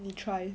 you try